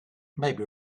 maybe